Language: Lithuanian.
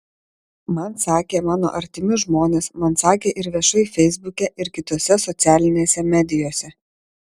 man sakė mano artimi žmonės man sakė ir viešai feisbuke ir kitose socialinėse medijose